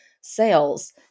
sales